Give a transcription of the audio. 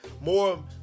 More